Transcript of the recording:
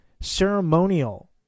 ceremonial